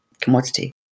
commodity